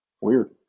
Weird